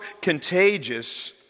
contagious